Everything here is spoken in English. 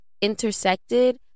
intersected